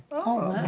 oh.